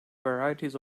varieties